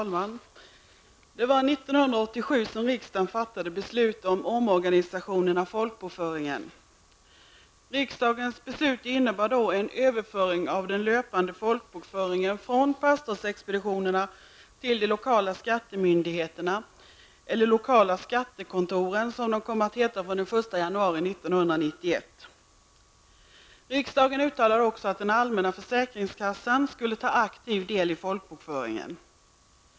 Herr talman! År 1987 fattade riksdagen beslut om en omorganisation av folkbokföringen. Riksdagens beslut innebar en överföring av den löpande folkbokföringen från pastorsexpeditionerna till de lokala skattemyndigheterna eller de lokala skattekontoren, som de kommer att heta från den 1 januari 1991. Riksdagen uttalade också att den allmänna försäkringskassan skulle ta aktiv del i folkbokföringen.